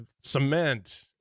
cement